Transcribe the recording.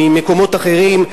במקומות אחרים.